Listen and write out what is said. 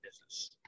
business